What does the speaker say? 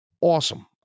Awesome